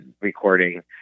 recording